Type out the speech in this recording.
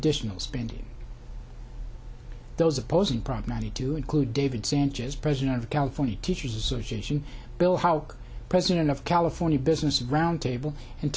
additional spending those opposing print money to include david sanchez president of the california teachers association bill how president of california business roundtable and